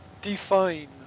define